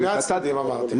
שני הצדדים, אמרתי.